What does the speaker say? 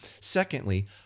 Secondly